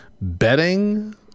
betting